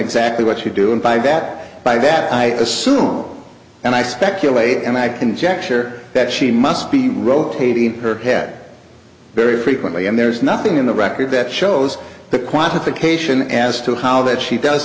exactly what you do and by that by that i assume and i speculate and i conjecture that she must be rotating her head very frequently and there's nothing in the record that shows the quantification as to how that she does